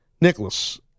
Nicholas